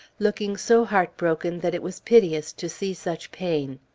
looking so heart-broken that it was piteous to see such pain.